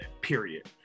period